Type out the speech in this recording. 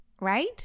Right